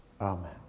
Amen